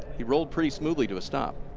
he rolled pretty smoothly to a stop.